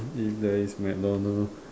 if there is MacDonald